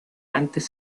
antes